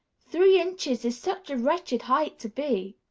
three inches is such a wretched height to be.